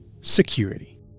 security